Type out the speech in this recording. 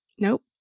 Nope